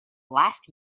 last